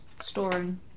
storing